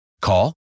Call